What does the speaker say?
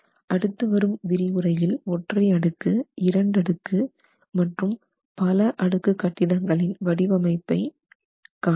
அடுத்து வரும் விரிவுரையில் ஒற்றை அடுக்கு இரண்டடுக்கு மற்றும் பல அடுக்கு கட்டிடங்களின் வடிவமைப்பை one and two storey one and multi storied building design காணலாம்